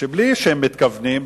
בלי שהם מתכוונים,